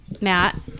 Matt